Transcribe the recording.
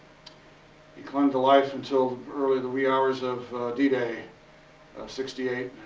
he clung to life until early the wee hours of d-day sixty eight,